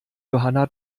johanna